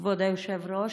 כבוד היושב-ראש,